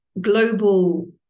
global